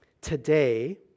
Today